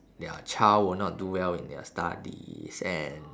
their child will not do well in their studies and